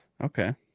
okay